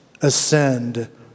ascend